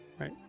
right